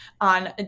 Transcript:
on